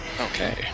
okay